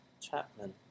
Chapman